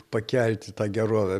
pakelti tą gerovę